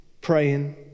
praying